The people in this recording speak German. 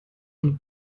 und